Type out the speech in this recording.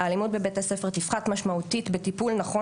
האלימות בבית הספר תפחת משמעותית בטיפול נכון